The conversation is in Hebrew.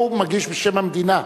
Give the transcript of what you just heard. הוא מגיש בשם המדינה,